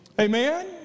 Amen